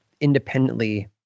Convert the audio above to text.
independently